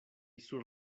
sur